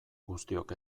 guztiok